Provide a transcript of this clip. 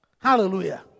Hallelujah